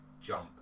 jump